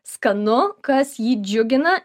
skanu kas jį džiugina